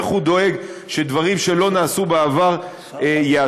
איך הוא דואג שדברים שלא נעשו בעבר ייעשו.